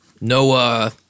No